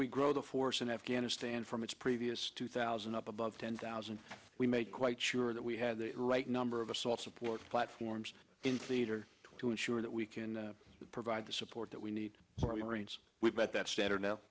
we grow the force in afghanistan from its previous two thousand up above ten thousand we make quite sure that we have the right number of assault support platforms in theater to ensure that we can provide the support that we need for the marines we've met that standard now